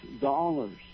dollars